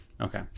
Okay